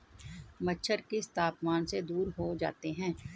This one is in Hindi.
मच्छर किस तापमान से दूर जाते हैं?